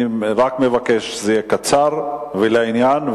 אני רק מבקש שזה יהיה קצר ולעניין,